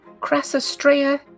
Crassostrea